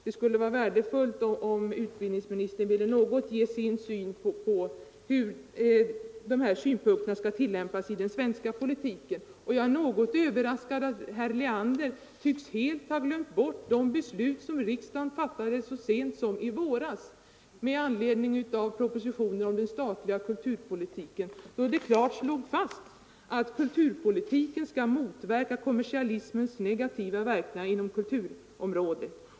Det vore värdefullt om utbildningsministern ville ge sin syn på hur dessa aspekter skall tillgodoses i den svenska politiken. Det överraskar mig att herr Leander helt tycks ha glömt bort det beslut som riksdagen fattade så sent som i våras med anledning av propositionen skall motverka kommersialismens negativa verkningar inom kulturom rådet.